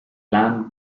land